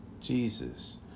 Jesus